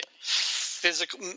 physical